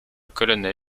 colonel